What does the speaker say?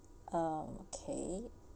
uh okay